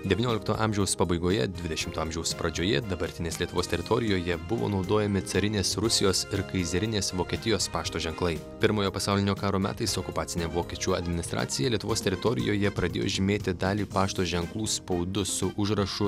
devyniolikto amžiaus pabaigoje dvidešimto amžiaus pradžioje dabartinės lietuvos teritorijoje buvo naudojami carinės rusijos ir kaizerinės vokietijos pašto ženklai pirmojo pasaulinio karo metais okupacinė vokiečių administracija lietuvos teritorijoje pradėjo žymėti dalį pašto ženklų spaudu su užrašu